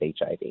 HIV